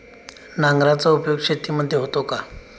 नांगराचा उपयोग शेतीमध्ये होतो का?